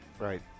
Right